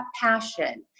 passion